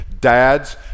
Dads